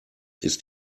ist